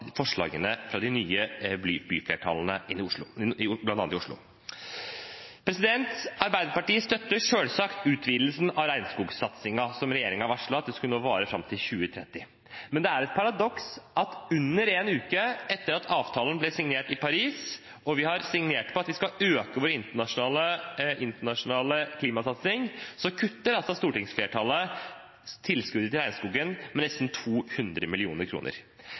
forslagene fra de nye byflertallene bl.a. i Oslo. Arbeiderpartiet støtter selvsagt utvidelsen av regnskogsatsingen som regjeringen varslet nå skulle vare fram til 2030. Men det er et paradoks at under en uke etter at avtalen ble signert i Paris – og vi har signert på at vi skal øke vår internasjonale klimasatsing – kutter stortingsflertallet tilskuddet til regnskogen med nesten 200